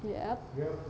ya